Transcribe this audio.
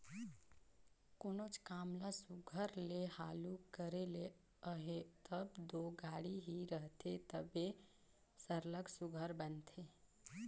कोनोच काम ल सुग्घर ले हालु करे ले अहे तब दो गाड़ी ही रहथे तबे सरलग सुघर बनथे